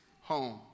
home